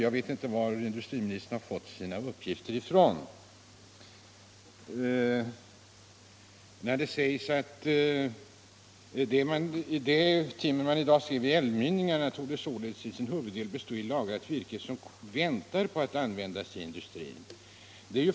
Jag vet inte varifrån industriministern fått sina uppgifter när han säger att det timmer man i dag ser vid älvmynningarna till huvuddelen består av lagrat virke, som väntar på att användas inom industrin.